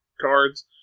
cards